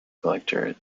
collector